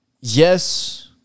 yes